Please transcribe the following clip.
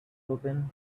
open